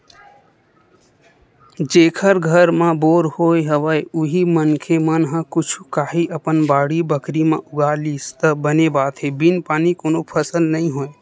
जेखर घर म बोर होय हवय उही मनखे मन ह कुछु काही अपन बाड़ी बखरी म उगा लिस त बने बात हे बिन पानी कोनो फसल नइ होय